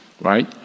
right